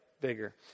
bigger